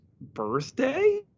birthday